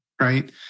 right